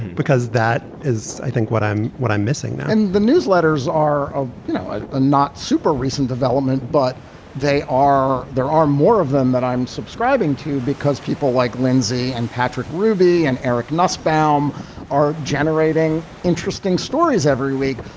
because that is, i think, what i'm what i'm missing and the newsletters are, ah you know, ah not super recent development, but they are there are more of them that i'm subscribing to because people like lindsey and patrick rubi and eric nussbaum are generating interesting stories every week.